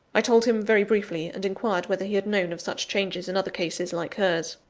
i told him very briefly, and inquired whether he had known of such changes in other cases, like hers.